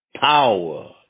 power